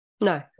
no